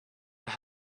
what